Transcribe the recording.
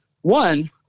One